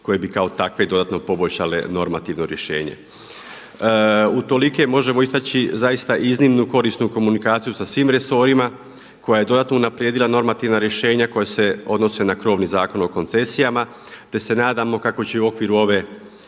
koje bi kao takve dodatno poboljšale normativno rješenje. Utoliko možemo istaći zaista iznimnu korisnu komunikaciju sa svim resorima koja je dodatno unaprijedila normativna rješenja koja se odnose na krovni Zakon o koncesijama, te se nadamo kako će i u okviru ove